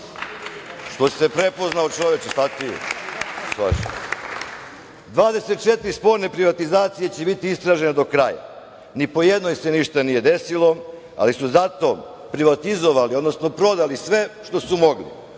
sporne privatizacije će biti istražene do kraja, ni po jednoj se ništa nije desilo, ali su zato privatizovali, odnosno prodali sve što su mogli